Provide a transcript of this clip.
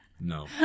No